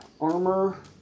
armor